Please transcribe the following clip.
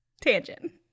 tangent